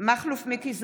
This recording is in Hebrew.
מכלוף מיקי זוהר,